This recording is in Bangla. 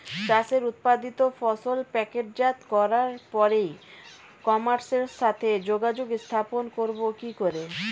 চাষের উৎপাদিত ফসল প্যাকেটজাত করার পরে ই কমার্সের সাথে যোগাযোগ স্থাপন করব কি করে?